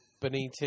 Benitez